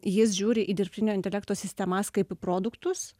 jis žiūri į dirbtinio intelekto sistemas kaip į produktus